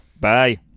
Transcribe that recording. bye